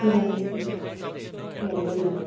tiramisu serradura